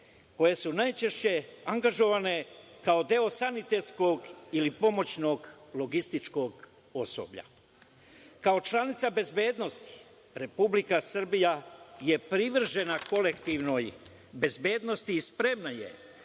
koje su najčešće angažovane kao deo sanitetskog ili pomoćnog logističkog osoblja. Kao članica bezbednosti Republika Srbija je privržena kolektivnoj bezbednosti i spremna je